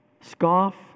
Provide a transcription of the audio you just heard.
scoff